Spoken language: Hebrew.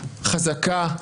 חזקה,